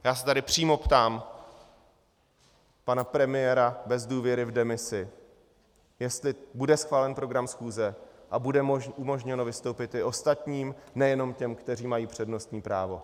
Já se tady přímo ptám pana premiéra bez důvěry v demisi , jestli bude schválen program schůze a bude umožněno vystoupit i ostatním, nejenom těm, kteří mají přednostní právo.